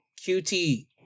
QT